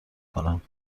کنم